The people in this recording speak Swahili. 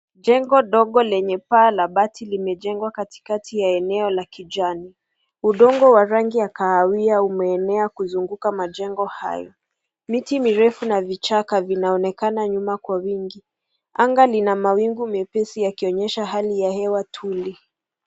Jengo dogo lenye paa la mabati limejengwa katikati la eneo la kijani. Udongo wa rangi ya kahawia umeenea kuzunguka majengo hayo. Miti mirefu na vichaka vinaonekana nyuma kwa wingi. Anga lina mawingu mepesi yakionyesha hali ya hewa tuli.